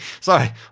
Sorry